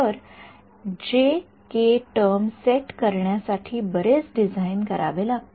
तर जे के टर्म सेट करण्या साठी बरेच डिझाईन करावे लागते